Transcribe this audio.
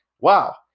Wow